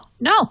No